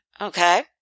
okay